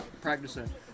practicing